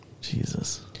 Jesus